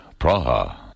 Praha